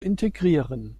integrieren